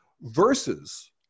versus